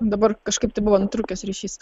dabar kažkaip tai buvo nutrūkęs ryšys